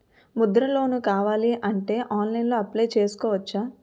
Mudra loan కావాలి అంటే ఆన్లైన్లో అప్లయ్ చేసుకోవచ్చా?